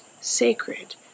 sacred